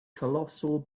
colossal